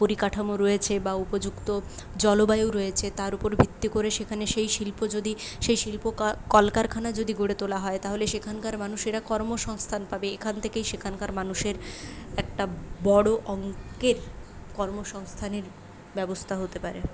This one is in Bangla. পরিকাঠামো রয়েছে বা উপযুক্ত জলবায়ু রয়েছে তার উপর ভিত্তি করে সেখানে সেই শিল্প যদি সেই শিল্প কল কারখানা যদি গড়ে তোলা হয় তাহলে সেইখানকার মানুষেরা কর্মসংস্থান পাবে এখান থেকেই সেখানকার মানুষের একটা বড় অঙ্কের কর্মসংস্থানের ব্যবস্থা হতে পারে